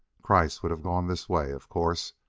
kreiss would have gone this way, of course,